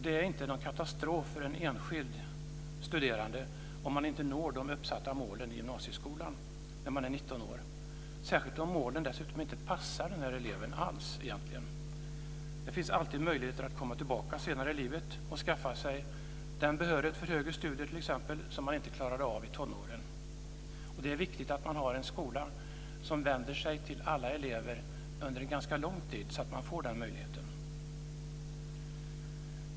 Det är inte någon katastrof för en enskild studerande om man inte når de uppsatta målen i gymnasieskolan när man är 19 år, särskilt om målen dessutom inte alls passar den eleven. Det finns alltid möjligheter att komma tillbaka senare i livet och skaffa sig den behörighet för t.ex. högre studier som man inte klarade av i tonåren. Det är viktigt att man har en skola som vänder sig till alla elever under en ganska lång tid, så att man får den möjligheten.